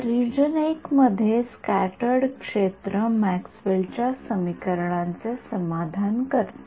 तर region I मध्ये scattered क्षेत्र मॅक्सवेलच्या समीकरणांचे समाधान करते